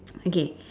okay